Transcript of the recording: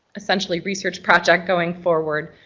essentially research project going forward,